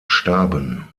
starben